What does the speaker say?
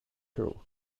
two